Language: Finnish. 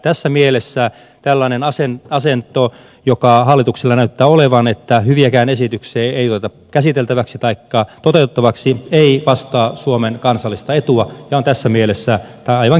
tässä mielessä tällainen asento joka hallituksella näyttää olevan että hyviäkään esityksiä ei oteta käsiteltäväksi taikka toteutettavaksi ei vastaa suomen kansallista etua ja on tässä mielessä aivan käsittämätön